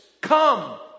come